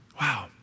Wow